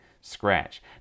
scratch